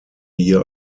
hier